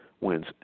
wins